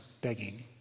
begging